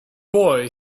boy